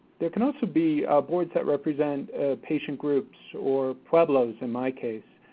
there can also be boards that represent patient groups, or pueblos, in my case,